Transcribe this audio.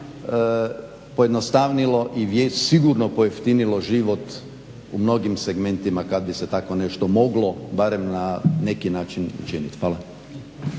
pojednostavnilo i sigurno pojeftinilo život u mnogim segmentima kada bi se tako nešto moglo barem na neki način učiniti. Hvala.